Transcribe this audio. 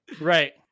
Right